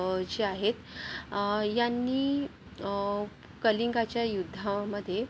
जे आहेत यांनी कलिंगाच्या युद्धामध्ये